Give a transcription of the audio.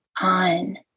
on